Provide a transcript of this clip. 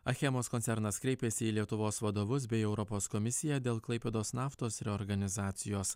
achemos koncernas kreipėsi į lietuvos vadovus bei europos komisiją dėl klaipėdos naftos reorganizacijos